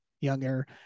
younger